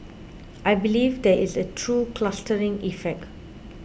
I believe there is a true clustering effect